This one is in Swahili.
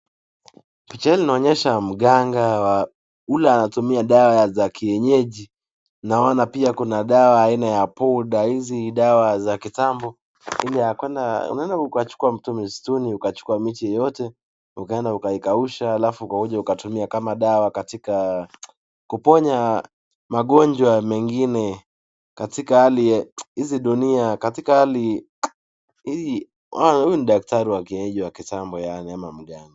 Pichali inaonyesha mganga ule anatumia dawa za kienyeji. Naona pia kuna dawa aina ya powder . Hizi ni dawa za kitambo ile kunaenda unakuchukua miti msituni, unachukua miti yoyote ukaenda ukakausha halafu ukaja ukatumia kama dawa katika kuponya magonjwa mengine katika hali ya hizi dunia. Katika hali hii huyu ni daktari wa kienyeji wa kitambo yaani ama mganga.